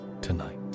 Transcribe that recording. tonight